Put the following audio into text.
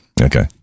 Okay